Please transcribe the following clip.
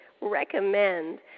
recommend